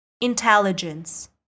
intelligence